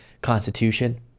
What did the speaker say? Constitution